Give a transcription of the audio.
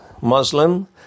Muslim